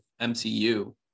MCU